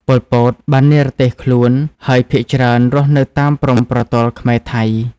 ប៉ុល ពត បាននិរទេសខ្លួន ហើយភាគច្រើនរស់នៅតាមព្រំប្រទល់ខ្មែរ-ថៃ។